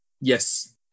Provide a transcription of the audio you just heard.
Yes